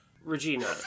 Regina